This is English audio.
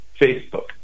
Facebook